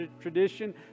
tradition